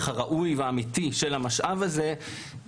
הראוי והאמיתי של המשאב יש צורך לקבוע,